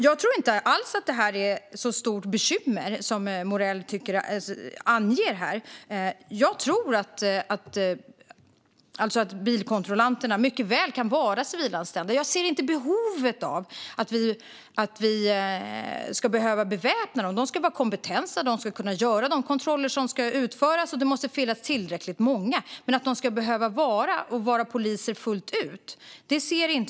Jag tror inte alls att detta är ett så stort bekymmer som Morell anger. Bilkontrollanterna kan mycket väl vara civilanställda. Jag ser inget behov av att beväpna dem. De ska vara kompetenta och kunna utföra de kontroller som behövs, och det måste finnas tillräckligt många av dem. Men jag ser inget behov av att de ska vara poliser fullt ut.